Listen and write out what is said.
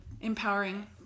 empowering